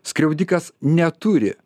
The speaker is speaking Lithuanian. skriaudikas neturi